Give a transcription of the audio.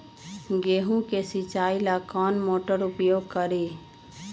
गेंहू के सिंचाई ला कौन मोटर उपयोग करी?